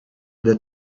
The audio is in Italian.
the